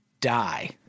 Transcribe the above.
die